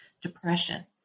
depression